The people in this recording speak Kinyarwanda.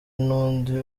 n’undi